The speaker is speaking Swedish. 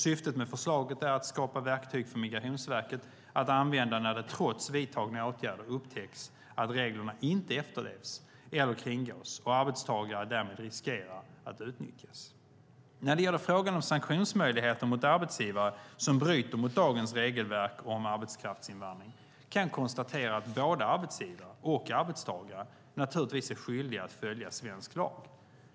Syftet med förslaget är att skapa verktyg för Migrationsverket att använda när det trots vidtagna åtgärder upptäcks att reglerna inte efterlevs eller kringgås och arbetstagare därmed riskerar att utnyttjas. När det gäller frågan om sanktionsmöjligheter mot arbetsgivare som bryter mot dagens regelverk om arbetskraftsinvandring kan jag konstatera att både arbetsgivare och arbetstagare naturligtvis är skyldiga att följa svensk lag.